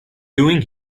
doing